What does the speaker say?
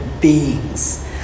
beings